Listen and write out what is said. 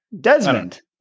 Desmond